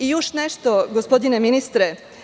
Još nešto, gospodine ministre.